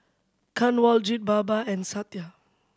Kanwaljit Baba and Satya